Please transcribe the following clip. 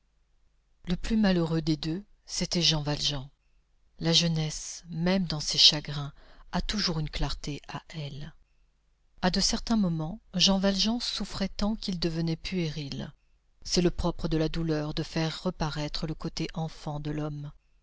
le plus malheureux des deux c'était jean valjean la jeunesse même dans ses chagrins a toujours une clarté à elle à de certains moments jean valjean souffrait tant qu'il devenait puéril c'est le propre de la douleur de faire reparaître le côté enfant de l'homme